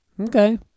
Okay